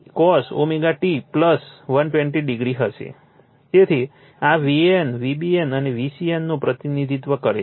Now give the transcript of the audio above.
તેથી આ VAN VBN અને VCN નું પ્રતિનિધિત્વ છે